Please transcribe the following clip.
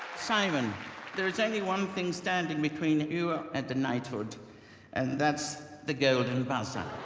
simon there is only one thing standing between you ah and the knighthood and that's the girl and but